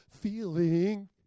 feeling